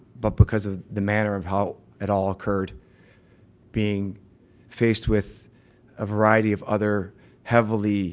but because of the manner of how it all occurred being faced with a variety of other heavily